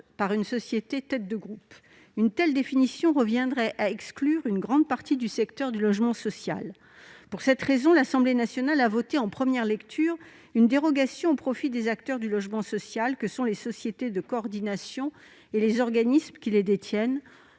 par une société tête de groupe. Une telle définition conduit à exclure une grande partie du secteur du logement social. Par conséquent, en première lecture, l'Assemblée nationale a adopté le principe d'une dérogation au profit des acteurs du logement social que sont les sociétés de coordination et les organismes qui les détiennent,